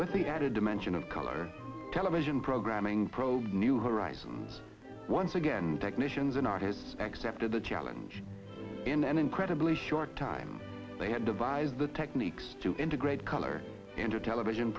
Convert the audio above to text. with the added dimension of color television programming produce new horizons once again technicians and artists accepted the challenge in an incredibly short time they had devised the techniques to integrate color into television